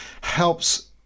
helps